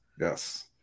Yes